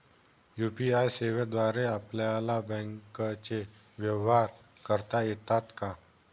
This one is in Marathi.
यू.पी.आय सेवेद्वारे आपल्याला बँकचे व्यवहार करता येतात का?